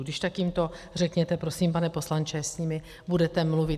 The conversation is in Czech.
Kdyžtak jim to řekněte, prosím, pane poslanče, až s nimi budete mluvit.